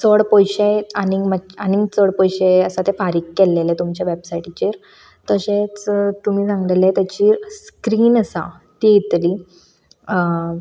चड पयशे आनीक आनीक चड पयशे आसा ते फारीक केल्ले तुमचे वॅबसायटीचेर तशेंच तुमी सांगलेले ताचेर स्क्रीन आसा ती येतली